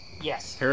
Yes